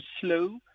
slow